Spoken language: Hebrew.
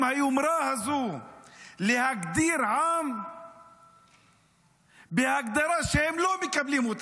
היומרה הזו להגדיר עם בהגדרה שהם לא מקבלים,